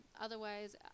Otherwise